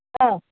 हं